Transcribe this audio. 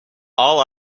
all